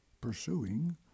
pursuing